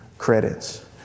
Credits